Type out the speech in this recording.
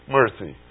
mercy